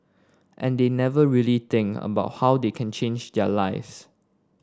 and they never really think about how they can change their lives